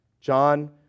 John